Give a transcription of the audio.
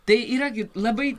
tai yra gi labai